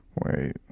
Wait